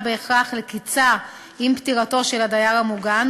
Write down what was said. בהכרח לקִצה עם פטירתו של הדייר המוגן,